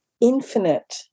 infinite